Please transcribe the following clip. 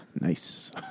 Nice